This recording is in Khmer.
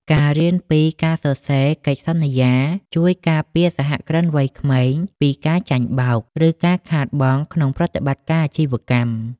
ការរៀនពី "ការសរសេរកិច្ចសន្យា" ជួយការពារសហគ្រិនវ័យក្មេងពីការចាញ់បោក ឬការខាតបង់ក្នុងប្រតិបត្តិការអាជីវកម្ម។